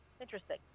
interesting